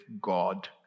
God